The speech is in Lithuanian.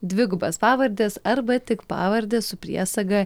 dvigubas pavardes arba tik pavardę su priesaga